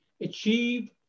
achieve